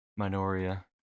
Minoria